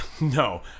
No